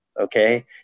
Okay